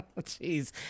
Jeez